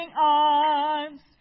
arms